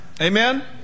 Amen